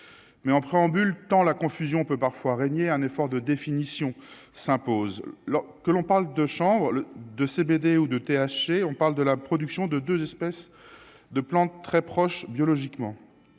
mais en préambule, tant la confusion peut parfois régner un effort de définition s'impose lors que l'on parle de chambre de CBD ou de THC, on parle de la production de 2 espèces de plantes très proches biologiquement